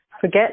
forget